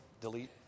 delete